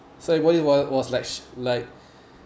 so everybody was was like sh~ like